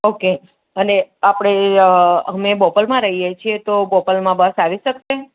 okay અને આપડે અમે બોપલમાં રહીએ છીએ તો બોપલમાં બસ આવી શકશે